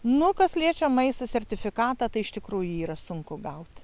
nu kas liečia maisto sertifikatą tai iš tikrųjų yra sunku gauti